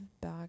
back